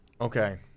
Okay